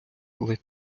ледь